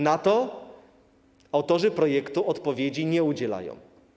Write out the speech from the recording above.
Na to pytanie autorzy projektu odpowiedzi nie udzielają.